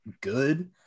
good